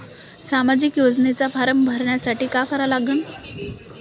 सामाजिक योजनेचा फारम भरासाठी का करा लागन?